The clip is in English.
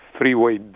Freeway